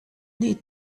need